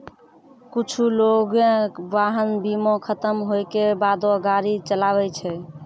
कुछु लोगें वाहन बीमा खतम होय के बादो गाड़ी चलाबै छै